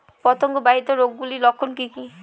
পতঙ্গ বাহিত রোগ গুলির লক্ষণ কি কি?